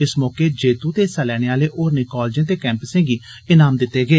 इस मौके जेत्ते ते हिस्सा लैने आले होरनें कालजें ते कैम्पसें गी इनाम दिते गे